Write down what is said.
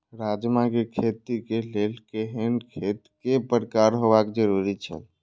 राजमा के खेती के लेल केहेन खेत केय प्रकार होबाक जरुरी छल?